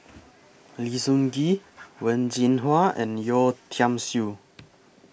Lim Sun Gee Wen Jin Hua and Yeo Tiam Siew